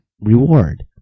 reward